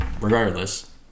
regardless